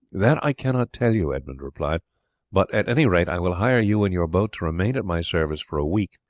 that i cannot tell you, edmund replied but at any rate i will hire you and your boat to remain at my service for a week,